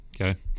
Okay